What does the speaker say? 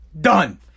done